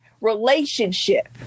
relationship